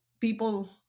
people